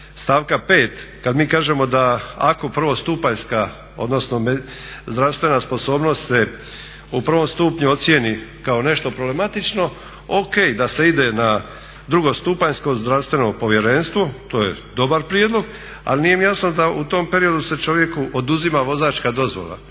284.stavka 5.kad mi kažemo da ako prvostupanjska odnosno zdravstvena sposobnost se u prvom stupnju ocjeni kao nešto problematično, ok da se ide na drugostupanjsko zdravstveno povjerenstvo, to je dobar prijedloga, ali nije mi jasno da u tom periodu se čovjeku oduzima vozačka dozvola.